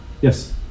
Yes